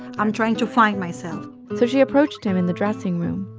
i'm trying to find myself so she approached him in the dressing room.